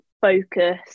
focus